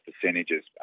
percentages